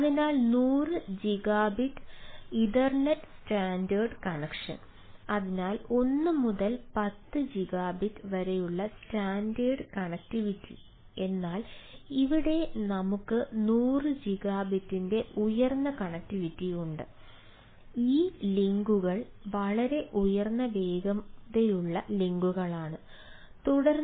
അതിനാൽ അതിനൊപ്പം മൂന്ന് ടയർ